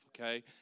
okay